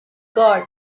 god